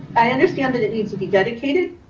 i understand that it needs to be dedicated.